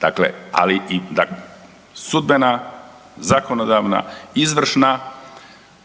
da sudbena, zakonodavna, izvršna,